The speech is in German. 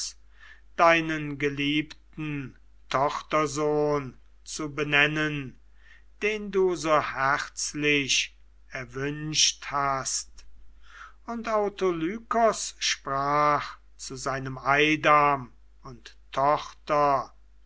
deinen geliebten tochtersohn zu benennen den du so herzlich erwünscht hast und autolykos sprach zu seinem eidam und tochter